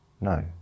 No